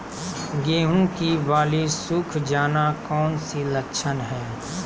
गेंहू की बाली सुख जाना कौन सी लक्षण है?